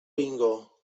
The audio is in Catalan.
bingo